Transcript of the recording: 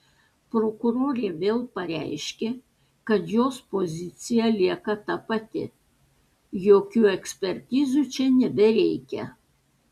prokurorė vėl pareiškė kad jos pozicija lieka ta pati jokių ekspertizių čia nebereikia